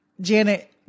janet